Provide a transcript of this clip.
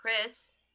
chris